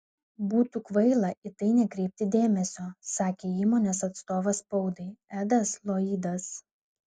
būtų kvaila į tai nekreipti dėmesio sakė įmonės atstovas spaudai edas loydas